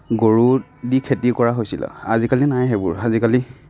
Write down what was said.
গৰু দি খেতি কৰা হৈছিল আজিকালি নাই সেইবোৰ আজিকালি